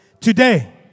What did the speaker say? Today